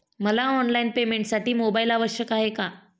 मला ऑनलाईन पेमेंटसाठी मोबाईल आवश्यक आहे का?